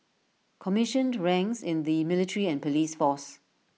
commissioned ranks in the military and Police force